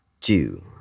two